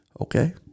Okay